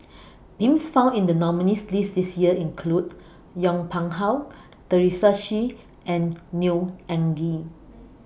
Names found in The nominees' list This Year include Yong Pung How Teresa Hsu and Neo Anngee